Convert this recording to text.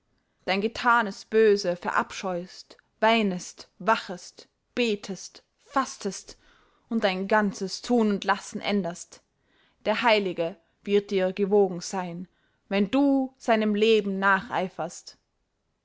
dein gethanes böse verabscheust weinest wachest betest fastest und dein ganzes thun und lassen änderst der heilige wird dir gewogen seyn wenn du seinem leben nacheiferst